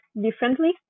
differently